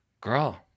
Girl